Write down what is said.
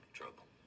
trouble